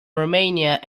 romania